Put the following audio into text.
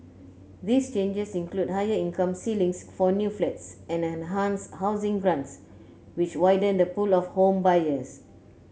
these changes include higher income ceilings for new flats and enhanced housing grants which widen the pool of home buyers